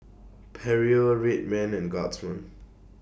Perrier Red Man and Guardsman